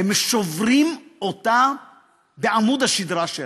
הם שוברים אותה בעמוד השדרה שלה.